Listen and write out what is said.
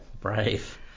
brave